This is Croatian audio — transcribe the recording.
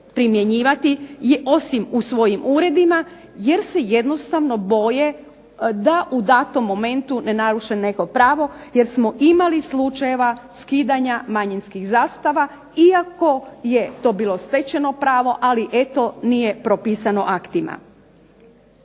primjenjivati osim u svojim uredima, jer se jednostavno boje da u datom momentu ne naruše neko pravo jer smo imali slučajeva skidanja manjinskih zastava iako je to bilo stečeno pravo, ali eto nije propisano aktima.